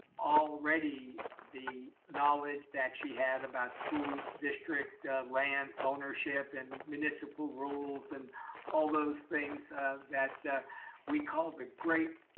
already the knowledge that she had about school district, land ownership and municipal rules and all those things that we call the great